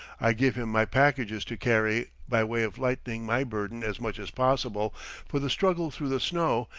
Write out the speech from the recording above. i give him my packages to carry, by way of lightening my burden as much as possible for the struggle through the snow,